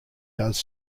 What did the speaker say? does